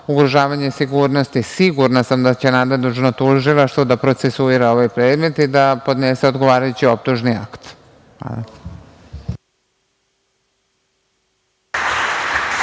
ugrožavanje sigurnosti. Sigurna sam da će nadležno tužilaštvo da procesuira ovaj predmet i da podnese odgovarajući optužni akt. Hvala.